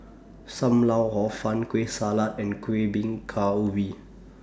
SAM Lau Hor Fun Kueh Salat and Kuih Bingka We